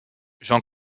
jean